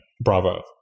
Bravo